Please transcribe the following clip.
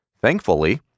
Thankfully